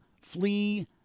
flee